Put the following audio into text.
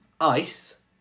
ICE